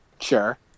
sure